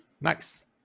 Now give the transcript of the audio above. Nice